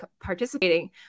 participating